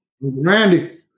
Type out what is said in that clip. Randy